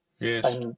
Yes